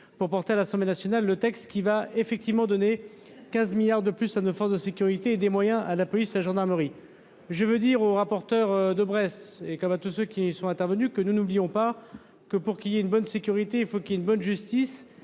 pour porter à l'Assemblée Nationale le texte qui va effectivement donner 15 milliards de plus à nos forces de sécurité et des moyens à la police, la gendarmerie, je veux dire au rapporteur de Bresse et comme à tous ceux qui sont intervenus que nous n'oublions pas que pour qu'il y ait une bonne sécurité, il faut qu'il y ait une bonne justice